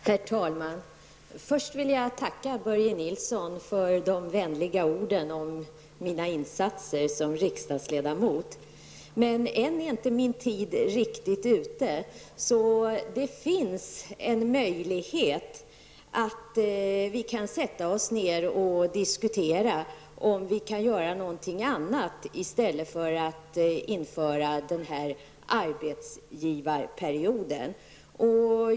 Herr talman! Först vill jag tacka Börje Nilsson för de vänliga orden om mina insatser som riksdagsledamot. Men än är inte min tid riktigt ute, så det finns möjlighet för oss att diskutera vad vi skulle kunna göra i stället för att införa arbetsgivarperioden.